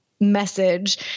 message